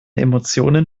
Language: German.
emotionen